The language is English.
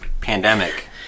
pandemic